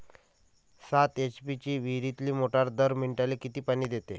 सात एच.पी ची विहिरीतली मोटार दर मिनटाले किती पानी देते?